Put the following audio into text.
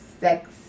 sex